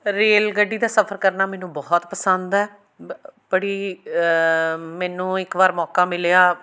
rail ਗੱਡੀ ਦਾ ਸਫ਼ਰ ਕਰਨਾ ਮੈਨੂੰ ਬਹੁਤ ਪਸੰਦ ਹੈ ਬ ਬੜੀ ਮੈਨੂੰ ਇੱਕ ਵਾਰ ਮੌਕਾ ਮਿਲਿਆ